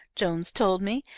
jones told me,